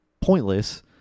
pointless